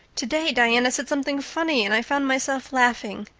today diana said something funny and i found myself laughing.